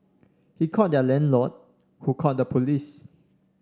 he called their landlord who called the police